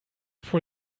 for